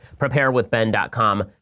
Preparewithben.com